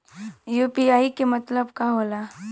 UPI के मतलब का होला?